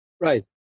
Right